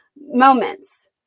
moments